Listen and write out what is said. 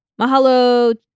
Mahalo